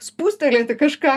spūstelėti kažką